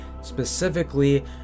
specifically